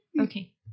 okay